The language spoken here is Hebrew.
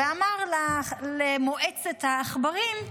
ואמר למועצת העכברים: